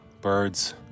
birds